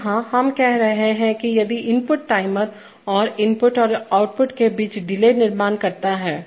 तो यहाँ हम कह रहे हैं कि यदि इनपुट टाइमर और इनपुट और आउटपुट के बीच डिले निर्माण करता है